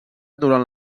durant